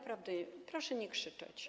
Proszę nie krzyczeć.